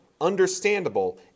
understandable